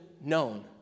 known